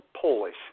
Polish